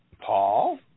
Paul